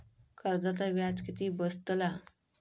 कर्जाचा व्याज किती बसतला?